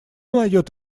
найдёт